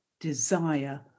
desire